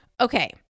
Okay